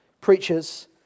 preachers